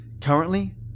Currently